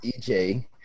EJ